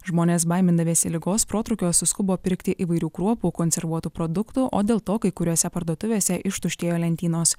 žmonės baimindamiesi ligos protrūkio suskubo pirkti įvairių kruopų konservuotų produktų o dėl to kai kuriose parduotuvėse ištuštėjo lentynos